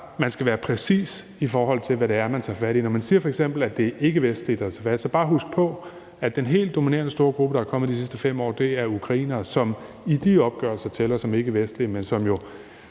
man skal være præcis, i forhold til hvad det er, man tager fat i. Når man f.eks. siger, at det er ikkevestligt, skal man bare huske på, at den helt dominerende store gruppe, der er kommet de sidste 5 år, er ukrainere, som i de opgørelser tæller som ikkevestlige. Hvis man